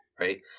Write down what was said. right